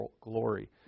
glory